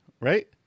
Right